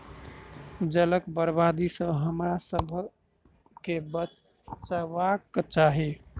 जलक बर्बादी सॅ हमरासभ के बचबाक चाही